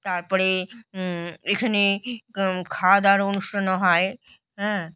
তার পরে এখানে খাওয়া দাওয়ারও অনুষ্ঠানও হয় হ্যাঁ